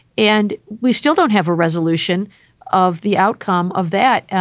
and we still don't have a resolution of the outcome of that.